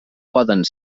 poden